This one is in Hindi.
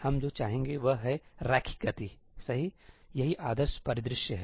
हम जो चाहेंगे वह है रैखिक गति सही यही आदर्श परिदृश्य है